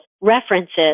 references